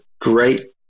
great